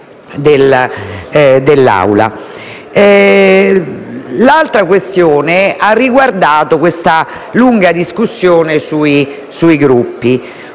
L'altra questione ha riguardato una lunga discussione sui Gruppi.